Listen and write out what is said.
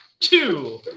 Two